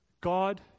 God